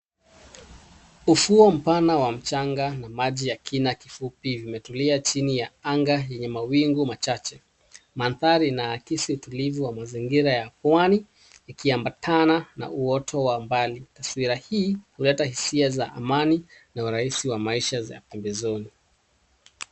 Ufuo mpana wa mchanga na maji ya kina kifupi vimetulia chini ya anga yenye mawingu machache. Mandhari inaakisi utulivu wa mazingira ya pwani ikiambatana na uoto wa mbali . Taswira hii huleta hisia za amani na urahisi wa maisha za pembezoni.